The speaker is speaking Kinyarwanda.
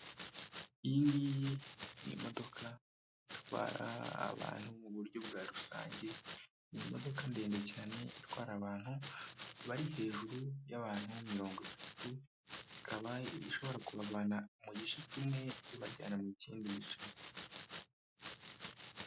Iyi ngiyi ni imodoka itwara abantu mu buryo bwa rusange, ni imodoka ndende cyane itwara abantu bari hejuru y'abantu mirongo itatu, ikaba ishobora kubavana mu gice kimwe ibajyana mu kindi gice.